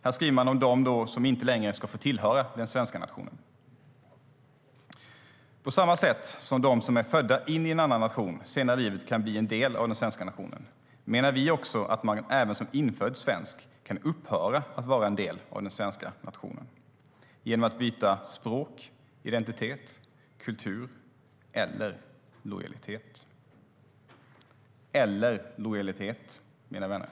Man skriver om dem som inte längre ska få tillhöra den svenska nationen: På samma sätt som de som är födda in i en annan nation senare i livet kan bli en del av den svenska nationen menar vi också att man även som infödd svensk kan upphöra att vara en del av den svenska nationen genom att byta språk, identitet, kultur eller lojalitet., mina vänner.